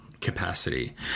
capacity